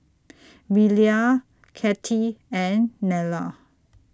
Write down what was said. Belia Cathy and Nella